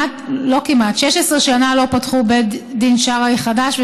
16 שנה לא פתחו בית דין שרעי חדש,